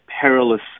perilous